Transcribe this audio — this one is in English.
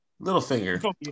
Littlefinger